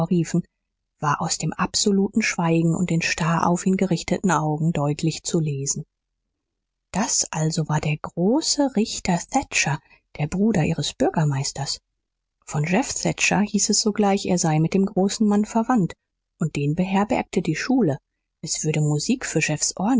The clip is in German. war aus dem absoluten schweigen und den starr auf ihn gerichteten augen deutlich zu lesen das also war der große richter thatcher der bruder ihres bürgermeisters von jeff thatcher hieß es sogleich er sei mit dem großen mann verwandt und den beherbergte die schule es würde musik für